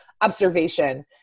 observation